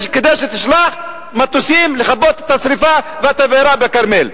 כדי שתשלח מטוסים לכבות את השרפה ואת התבערה בכרמל.